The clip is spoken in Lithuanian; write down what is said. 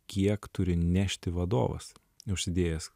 kiek turi nešti vadovas užsidėjęs